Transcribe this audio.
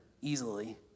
easily